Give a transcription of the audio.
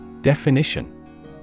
Definition